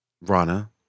Rana